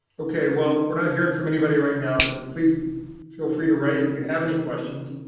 okay, well, we're not hearing from anybody right now, but please feel free to write if you have any questions.